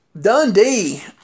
Dundee